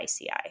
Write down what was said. ICI